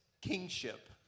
kingship